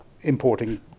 importing